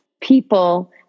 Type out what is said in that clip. people